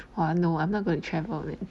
!wah! no I'm not going to check about it